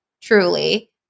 truly